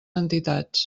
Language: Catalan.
entitats